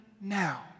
now